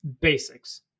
basics